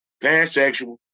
pansexual